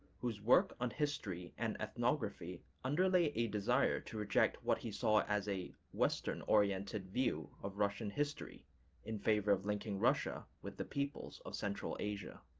whose work on history and ethnography underlay a desire to reject what he saw as a western-oriented view of russian history in favor of linking russia with the peoples of central asia.